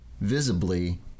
visibly